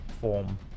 form